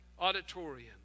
auditorium